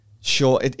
sure